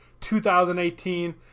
2018